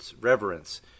reverence